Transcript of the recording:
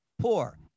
poor